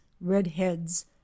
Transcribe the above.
redheads